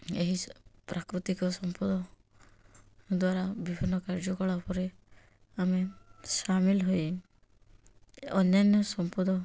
ଏହି ପ୍ରାକୃତିକ ସମ୍ପଦ ଦ୍ୱାରା ବିଭିନ୍ନ କାର୍ଯ୍ୟକଳାପରେ ଆମେ ସାମିଲ ହୋଇ ଅନ୍ୟାନ୍ୟ ସମ୍ପଦ